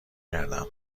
کردم